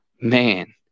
man